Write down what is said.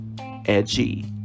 Edgy